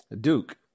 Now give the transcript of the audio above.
Duke